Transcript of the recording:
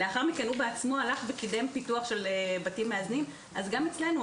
ולאחר מכן הוא בעצמו הלך וקידם פיתוח של בתים מאזנים אז גם אצלנו,